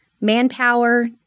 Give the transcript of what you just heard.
manpower